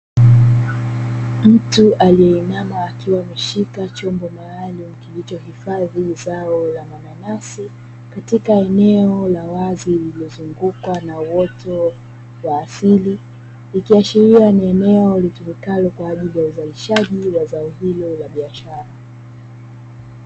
Mtu aliyeinama akiwa ameshika chombo maalum kilichohifadhi zao la mananasi katika eneo la wazi, lililozungukwa na uoto wa asili ikiashiria ni eneo litumikalo kwa ajili ya uzalishaji wa zao hilo la biashara.